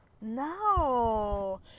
No